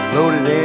Loaded